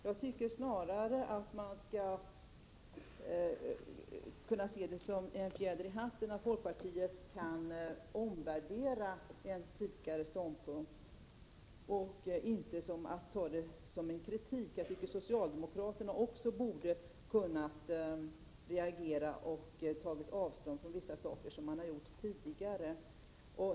Jag tycker att det är en fjäder i hatten för folkpartiet att vi kan göra en omvärdering och överge en tidigare ståndpunkt; det är inte någonting vi bör kritiseras för. Jag tycker att även socialdemokraterna borde ha kunnat reagera och, som man gjort tidigare, ta avstånd från vissa saker.